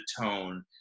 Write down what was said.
tone